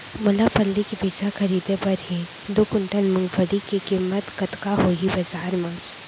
मोला फल्ली के बीजहा खरीदे बर हे दो कुंटल मूंगफली के किम्मत कतका होही बजार म?